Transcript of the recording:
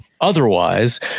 Otherwise